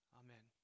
amen